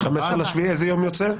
15.7 איזה יום יוצא?